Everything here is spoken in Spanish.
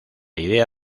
idea